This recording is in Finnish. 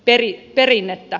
eri perinnettä